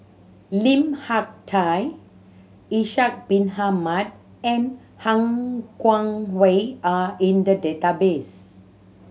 Lim Hak Tai Ishak Bin Ahmad and Han Guangwei are in the database